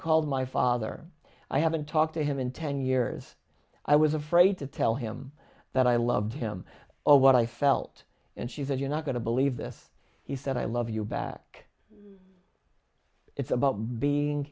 called my father i haven't talked to him in ten years i was afraid to tell him that i loved him what i felt and she said you're not going to believe this he said i love you back it's about being